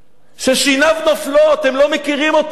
שיניו נופלות, הם לא מכירים אותו.